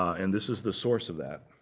and this is the source of that.